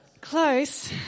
Close